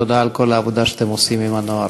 תודה על כל העבודה שאתם עושים עם הנוער.